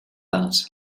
that